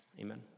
Amen